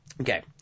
Okay